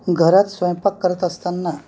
घरात स्वयंपाक करत असताना